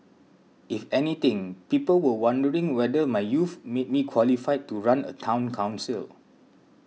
if anything people were wondering whether my youth made me qualified to run a Town Council